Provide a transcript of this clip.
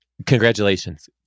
Congratulations